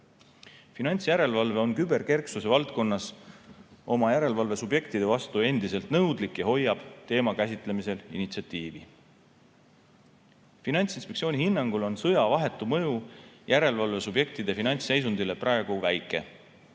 Finantsjärelevalve on küberkerksuse valdkonnas oma järelevalvesubjektide vastu endiselt nõudlik ja hoiab teema käsitlemisel initsiatiivi. Finantsinspektsiooni hinnangul on sõja vahetu mõju järelevalvesubjektide finantsseisundile praegu väike.